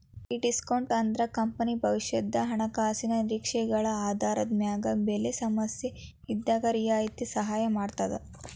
ಈ ಡಿಸ್ಕೋನ್ಟ್ ಅಂದ್ರ ಕಂಪನಿ ಭವಿಷ್ಯದ ಹಣಕಾಸಿನ ನಿರೇಕ್ಷೆಗಳ ಆಧಾರದ ಮ್ಯಾಗ ಬೆಲೆ ಸಮಸ್ಯೆಇದ್ದಾಗ್ ರಿಯಾಯಿತಿ ಸಹಾಯ ಮಾಡ್ತದ